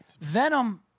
Venom